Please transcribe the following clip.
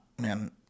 man